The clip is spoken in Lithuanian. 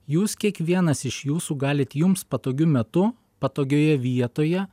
jūs kiekvienas iš jūsų galit jums patogiu metu patogioje vietoje